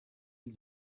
île